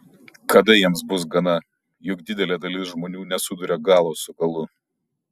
kada jiems bus gana juk didelė dalis žmonių nesuduria galo su galu